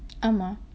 ஆமா:aamaa